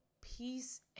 peace